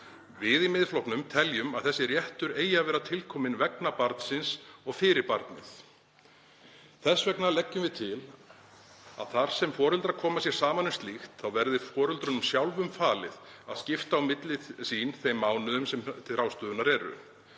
Við í Miðflokknum teljum að sá réttur eigi að vera til kominn vegna barnsins og fyrir barnið. Þess vegna leggjum við til að þar sem foreldrar koma sér saman um slíkt verði foreldrunum sjálfum falið að skipta á milli sín þeim mánuðum sem til ráðstöfunar eru.